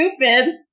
stupid